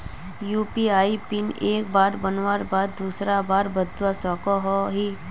UPI pin एक बार बनवार बाद दूसरा बार बदलवा सकोहो ही?